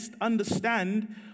understand